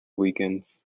weekends